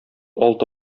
алты